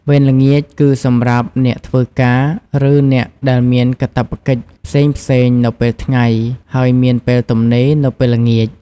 វេនល្ងាចគឺសម្រាប់អ្នកធ្វើការ ឬអ្នកដែលមានកាតព្វកិច្ចផ្សេងៗនៅពេលថ្ងៃ ហើយមានពេលទំនេរនៅពេលល្ងាច។